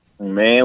Man